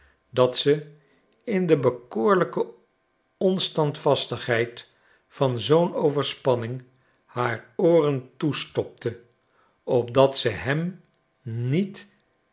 dat ze inde bekoorlijke onstandvastigheidvanzoo'n overspanning haar ooren toestopte opdat ze hem niet